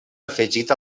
afegit